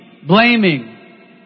Blaming